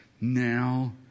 now